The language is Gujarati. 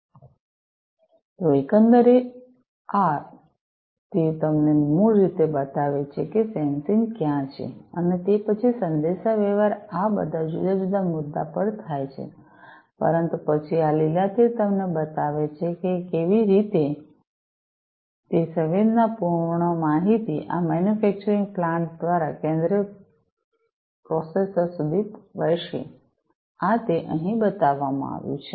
તો એકંદરે આ આ તીર તમને મૂળ રીતે બતાવે છે કે સેન્સિંગ ક્યાં છે અને તે પછી સંદેશાવ્યવહાર આ બધા જુદા જુદા મુદ્દા પર થાય છે પરંતુ પછી આ લીલા તીર તમને બતાવશે કે કેવી રીતે તે સંવેદનાપૂર્ણ માહિતી આ મેન્યુફેક્ચરિંગ પ્લાન્ટ દ્વારા સેન્ટ્રલ પ્રોસેસર સુધી વહેશે આ તે અહીં બતાવવામાં આવ્યું છે